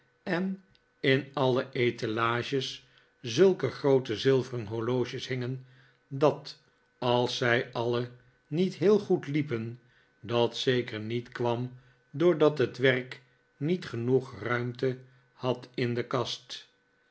en in alle etalages zulke groote zilveren horloges hingen dat als zij alle niet heel goed liepen dat zeker niet kwam doordat het werk niet genoeg ruimte had in de kast